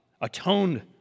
atoned